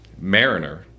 Mariner